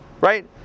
right